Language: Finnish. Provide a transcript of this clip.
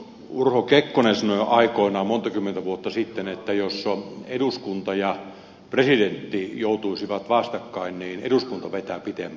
urho kekkonen sanoi aikoinaan monta kymmentä vuotta sitten että jos eduskunta ja presidentti joutuisivat vastakkain niin eduskunta vetää pitemmän korren